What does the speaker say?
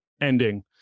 ending